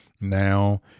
now